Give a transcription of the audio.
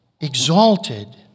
exalted